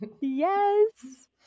Yes